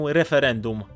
referendum